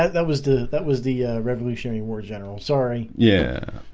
that that was the that was the revolutionary war general. sorry yeah